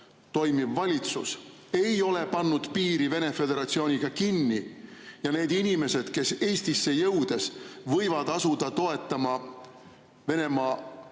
toimiv valitsus ei ole pannud piiri Venemaa Föderatsiooniga kinni ja need inimesed, kes Eestisse jõudes võivad asuda toetama Venemaa